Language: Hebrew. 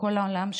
בכל העולם,